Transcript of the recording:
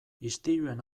istiluen